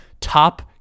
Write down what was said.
top